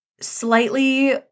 slightly